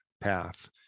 path